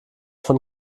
von